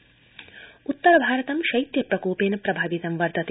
शैत्यम् उत्तरभारतं शैत्य प्रकोपेन प्रभावितं वर्तते